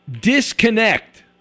disconnect